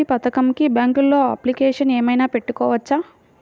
అమ్మ ఒడి పథకంకి బ్యాంకులో అప్లికేషన్ ఏమైనా పెట్టుకోవచ్చా?